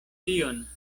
tion